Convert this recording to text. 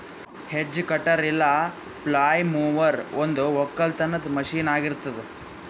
hedge cutter ಇಲ್ಲ flail mower ಒಂದು ಒಕ್ಕಲತನದ ಮಷೀನ್ ಆಗಿರತ್ತುದ್